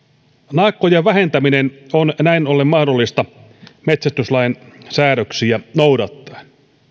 naakkojen vähentäminen on näin ollen mahdollista metsästyslain säädöksiä noudattaen